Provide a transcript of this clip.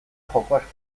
jokoak